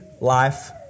life